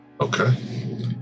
okay